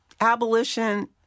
Abolition